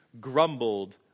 grumbled